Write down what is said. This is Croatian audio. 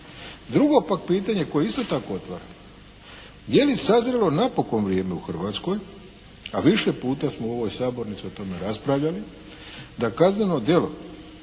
Drugo pak pitanje koje isto tako otvaram je li sazrelo napokon vrijeme u Hrvatskoj, a više puta smo u ovoj sabornici o tome raspravljali da kazneno djelo